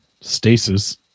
stasis